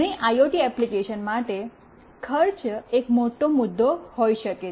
ઘણી IoT application માટે ખર્ચ એક મોટો મુદ્દો હોઈ શકે છે